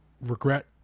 regret